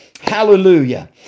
Hallelujah